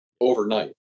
overnight